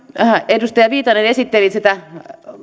edustaja viitanen esitteli